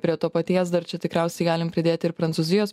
prie to paties dar čia tikriausiai galim pridėti ir prancūzijos